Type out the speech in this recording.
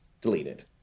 deleted